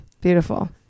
Beautiful